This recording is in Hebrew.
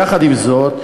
יחד עם זאת,